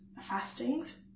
fastings